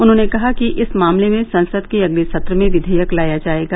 उन्होंने कहा कि इस मामले में संसद के अगले सत्र में विधेयक लाया जाएगा